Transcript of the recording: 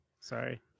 Sorry